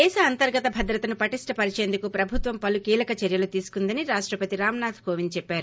దేశ అంతర్గత భద్రతను పటిష్ణ పరిచేందుకు కేంద్ర ప్రభుత్వం పలు కీలక చర్యలు తీసుకుందని రాష్టపతి రామ్నాథ్ కోవింద్ చెప్పారు